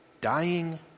dying